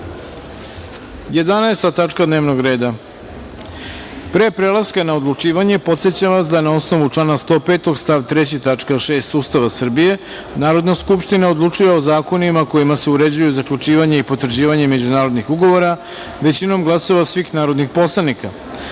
tačka dnevnog reda. Pre prelaska na odlučivanje, podsećam vas da, na osnovu člana 105. stav 3. tačka 6. Ustava Srbije, Narodna skupština odlučuje o zakonima kojima se uređuju zaključivanje i potvrđivanje međunarodnih ugovora većinom glasova svih narodnih poslanika. Stavljam